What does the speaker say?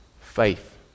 Faith